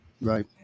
right